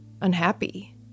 unhappy